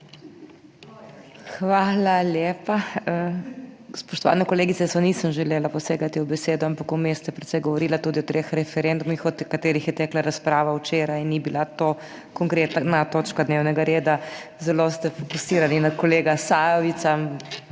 Hvala lepa. Spoštovana kolegica, jaz nisem želela posegati v besedo, ampak vmes ste precej govorila tudi o treh referendumih o katerih je tekla razprava včeraj, ni bila to konkretna točka dnevnega reda. Zelo ste fokusirani na kolega Sajovica,